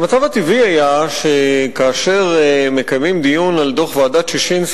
המצב הטבעי היה שכאשר מקיימים דיון על דוח ועדת-ששינסקי